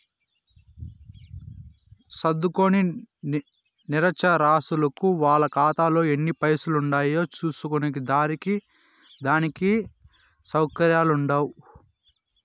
సదుంకోని నిరచ్చరాసులకు వాళ్ళ కాతాలో ఎన్ని పైసలుండాయో సూస్కునే దానికి సవుకర్యాలుండవ్